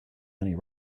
money